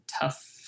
tough